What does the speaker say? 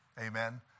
Amen